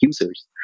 users